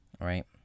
right